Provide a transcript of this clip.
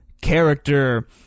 character